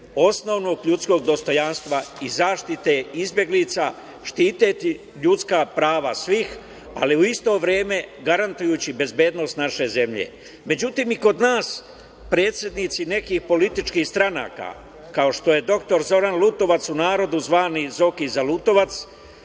osnovnog ljudskog dostojanstva i zaštite izbeglica štiteći ljudska prava svih, ali u isto vreme garantujući bezbednost naše zemlje.Međutim i kod nas predsednici nekih političkih stranaka, kao što je doktor Zoran Lutovac u narodu zvani Zoki zalutovac,